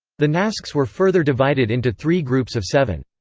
the nasks were further divided into three groups of seven.